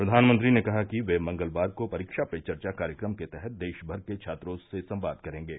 प्रधानमंत्री ने कहा कि वे मंगलवार को परीक्षा पे चर्चा कार्यक्रम के तहत देश भर के छात्रों से संवाद करेंगे